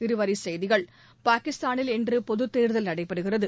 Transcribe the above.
இருவரிச் செய்திகள் பாகிஸ்தானில் இன்றுபொதுத் தேர்தல் நடைபெறுகிறது